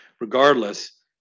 Regardless